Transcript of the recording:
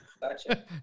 Gotcha